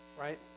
Right